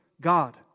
God